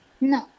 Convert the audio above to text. no